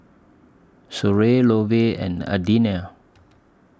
Soren Lovey and Adelinia